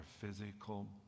physical